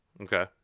Okay